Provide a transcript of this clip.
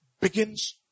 begins